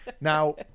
now